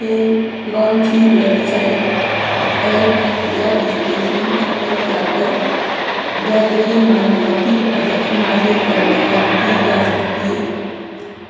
کہ کون سی ویب سائٹ ایپ یا اسٹیشن پر جا کر جا کر یہ معلوماتی ا حاصل کرنے کی جا سکتی ہے